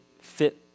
fit